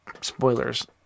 spoilers